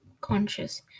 conscious